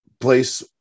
place